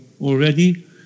already